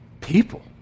people